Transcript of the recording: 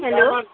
hello